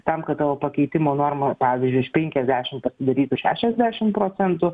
tam kad tavo pakeitimo norma pavyzdžiui iš penkiasdešim pasidarytų šešiasdešim procentų